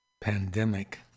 pandemic